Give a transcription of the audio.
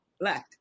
left